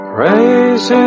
Praise